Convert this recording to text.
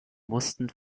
mussten